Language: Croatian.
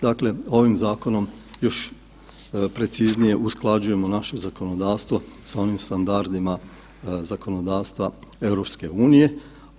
Dakle, ovim zakonom još preciznije usklađujemo naše zakonodavstvo sa onim standardima zakonodavstva EU-e.